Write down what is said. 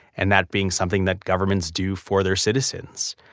and that being something that governments do for their citizens.